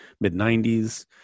mid-90s